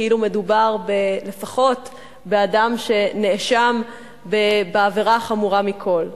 כאילו מדובר לפחות באדם שנאשם בעבירה החמורה מכול.